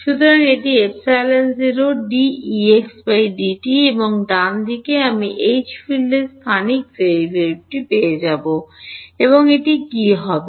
সুতরাং এটি ε0 dEx dt এবং ডানদিকে আমি এইচ ফিল্ডের স্থানিক ডেরিভেটিভ পেয়ে যাব এবং এটি কী হবে